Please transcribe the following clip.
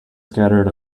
scattered